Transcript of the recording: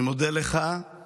אני מודה לך על